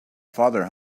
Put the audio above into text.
father